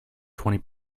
twenty